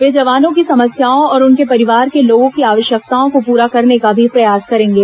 वे जवानों की समस्याओं और उनके परिवार के लोगों की आवश्यकताओं को पूरा करने का भी प्रयास करेंगे